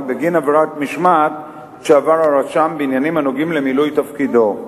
בגין עבירת משמעת שעבר רשם בעניינים הנוגעים למילוי תפקידו.